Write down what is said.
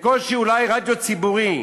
בקושי אולי רדיו ציבורי.